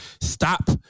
stop